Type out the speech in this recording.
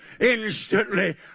instantly